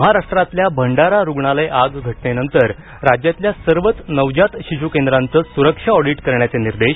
महाराष्ट्राल्या भंडारा रुग्णालय आग घटनेनंतर राज्यातल्या सर्वच नवजात शिशु केंद्रांचे सुरक्षा ऑडिट करण्याचे निर्देश